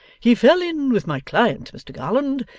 he fell in with my client, mr garland,